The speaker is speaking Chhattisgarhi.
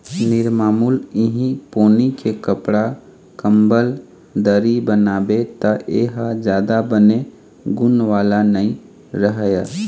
निरमामुल इहीं पोनी के कपड़ा, कंबल, दरी बनाबे त ए ह जादा बने गुन वाला नइ रहय